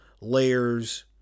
layers